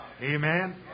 Amen